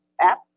app